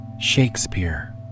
Shakespeare